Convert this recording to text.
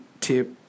tip